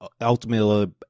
ultimately